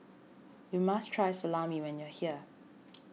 you must try Salami when you are here